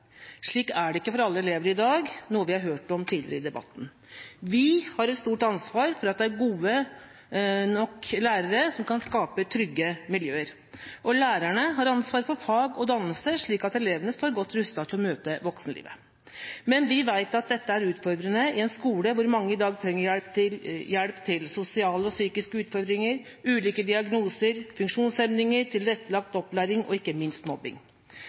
Slik er det ikke for alle elever i dag, noe vi har hørt om tidligere i debatten. Vi har et stort ansvar for at det er gode nok lærere, som kan skape trygge miljøer, og lærerne har ansvar for fag og dannelse, slik at elevene står godt rustet til å møte voksenlivet. Men vi vet at dette er utfordrende i en skole hvor mange i dag trenger hjelp til sosiale og psykiske utfordringer, ulike diagnoser, funksjonshemninger, tilrettelagt opplæring og ikke minst mobbing.